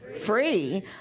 free